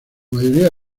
mayoría